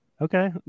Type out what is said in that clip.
Okay